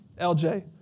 LJ